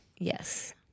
Yes